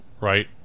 right